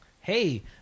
Hey